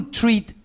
treat